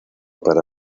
para